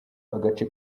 agace